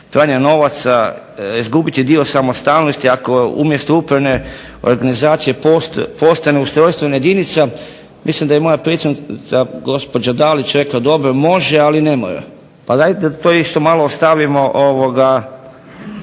pranja novaca izgubiti dio samostalnosti ako umjesto upravne organizacije postane ustrojstvena jedinica mislim da je moja prethodnica gospođa Dalić rekla dobro može, ali ne mora. Pa dajte to isto malo ostavimo za